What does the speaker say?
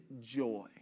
joy